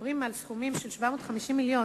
כשמדברים על סכומים של 750 מיליון